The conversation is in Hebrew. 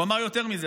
הוא אמר יותר מזה,